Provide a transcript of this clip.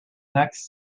next